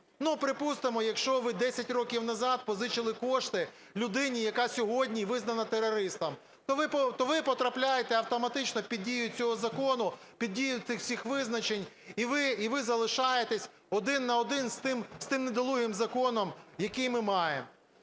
Припустимо, якщо ви 10 років назад позичили кошти людині, яка сьогодні визнана терористом, то ви потрапляєте автоматично під дію цього закону, під дію всіх тих визначень, і ви залишаєтесь один на один з тим недолугим законом, який ми маємо.